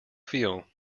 feel